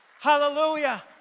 Hallelujah